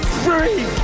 free